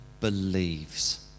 believes